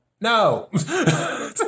No